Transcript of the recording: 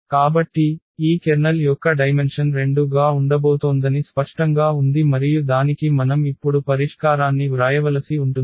కాబట్టి ఈ కెర్నల్ యొక్క డైమెన్షన్ 2 గా ఉండబోతోందని స్పష్టంగా ఉంది మరియు దానికి మనం ఇప్పుడు పరిష్కారాన్ని వ్రాయవలసి ఉంటుంది